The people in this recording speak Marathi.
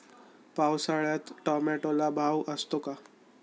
पावसाळ्यात टोमॅटोला भाव असतो का?